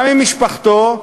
גם ממשפחתו,